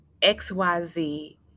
XYZ